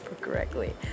correctly